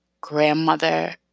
grandmother